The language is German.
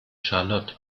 charlotte